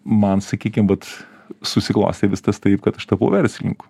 man sakykim vat susiklostė viskas taip kad aš tapau verslininku